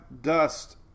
dust